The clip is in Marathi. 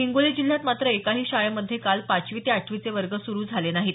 हिंगोली जिल्ह्यात मात्र एकाही शाळेमध्ये काल पाचवी ते आठवीचे वर्ग सुरू झाले नाहीत